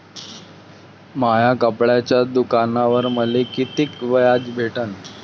माया कपड्याच्या दुकानावर मले कितीक व्याज भेटन?